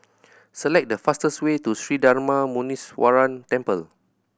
select the fastest way to Sri Darma Muneeswaran Temple